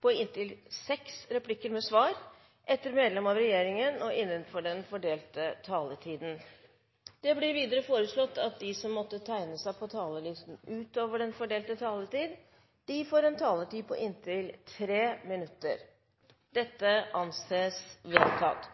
på inntil seks replikker med svar etter innlegg fra medlemmer av regjeringen innenfor den fordelte taletid. Videre vil presidenten foreslå at de som måtte tegne seg på talerlisten utover den fordelte taletid, får en taletid på inntil 3 minutter. – Det anses vedtatt.